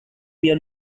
mia